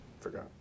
Forgot